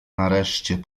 nareszcie